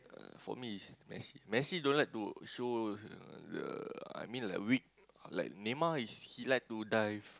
for me is Messi Messi don't like to show the I mean like weak Neymar is he like to dive